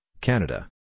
Canada